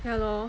ya lor